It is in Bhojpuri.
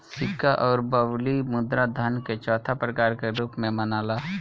सिक्का अउर बबली मुद्रा धन के चौथा प्रकार के रूप में मनाला